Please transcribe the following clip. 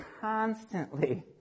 constantly